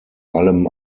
allem